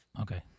Okay